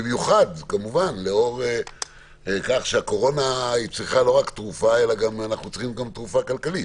במיוחד לאור כך שהקורונה צריכה לא רק תרופה אלא צריכים גם תרופה כלכלית?